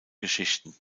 geschichten